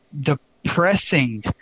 depressing